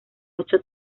ocho